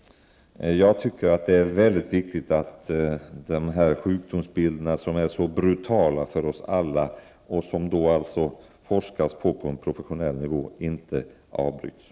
Jag tycker att det är viktigt att forskning på professionell nivå beträffande sjukdomar som är så brutala för alla drabbade inte avbryts.